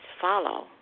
follow